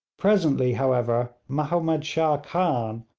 presently, however, mahomed shah khan,